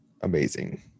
amazing